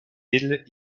îles